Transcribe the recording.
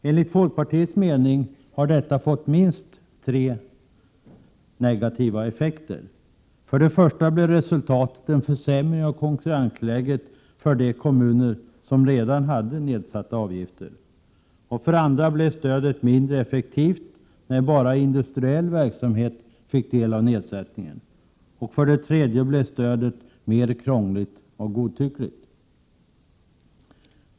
Enligt folkpartiets mening har detta fått minst tre negativa effekter. För det första blev resultatet en försämring av konkurrensläget för de kommuner som redan hade nedsatta avgifter. För det andra blev stödet mindre effektivt när bara industriell verksamhet fick del av nedsättningen. För det tredje blev stödet mer krångligt och godtyckligt.